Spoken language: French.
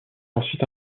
ensuite